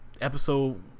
episode